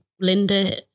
Linda